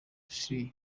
schiller